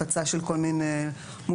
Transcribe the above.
הפצה של כל מיני מוצרים,